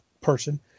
person